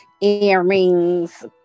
earrings